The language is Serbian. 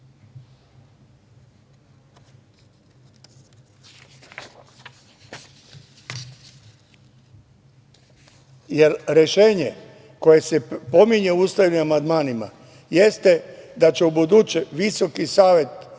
jer rešenje koje se pominje u ustavnim amandmanima jeste da će u buduće Visoki savet sudstva